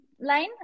line